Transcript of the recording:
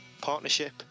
partnership